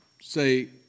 say